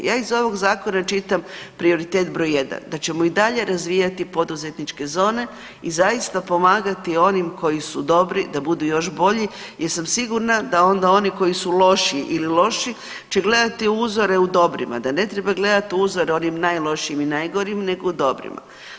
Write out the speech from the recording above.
Ja iz ovog zakona čitam prioritet broj jedan, da ćemo i dalje razvijati poduzetničke zone i zaista pomagati onim koji su dobri da budu još bolji jer sam sigurna da onda oni koji su lošiji ili loši će gledati uzore u dobrima, da ne treba gledati uzore u onim najlošijim i najgorim nego u dobrima.